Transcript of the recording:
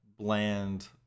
bland